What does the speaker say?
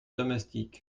domestique